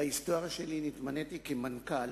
בהיסטוריה שלי, נתמניתי למנכ"ל